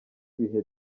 ibihe